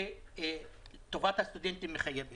טובת הסטודנטים מחייבת